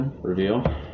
Reveal